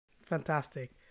Fantastic